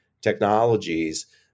technologies